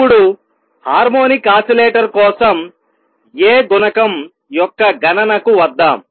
ఇప్పుడు harmonic oscillator కోసం A గుణకం యొక్క గణనకు వద్దాం